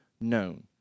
known